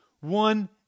one